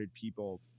people